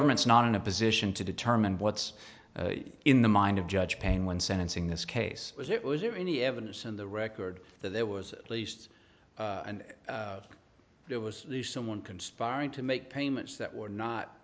government's not in a position to determine what's in the mind of judge pain when sentencing this case was it was it any evidence in the record that there was at least and it was someone conspiring to make payments that were not